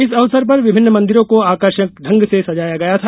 इस अवसर पर विभिन्न मंदिरों को आकर्षक ढंग से सजाया गया था